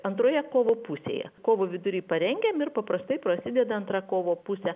antroje kovo pusėje kovo vidurį parengiame ir paprastai prasideda antra kovo pusę